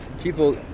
people